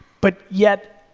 but yet,